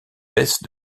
baisse